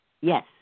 Yes